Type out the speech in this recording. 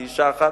איזו אשה אחת,